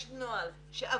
יש נוהל שעבריינים,